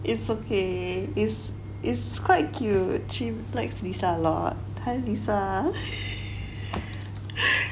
it's okay it's it's quite cute she likes lisa a lot hi lisa